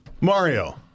Mario